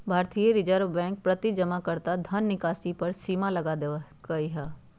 भारतीय reserve bank प्रति जमाकर्ता धन निकासी पर सीमा लगा देलकइ